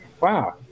Wow